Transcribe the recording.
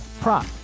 prop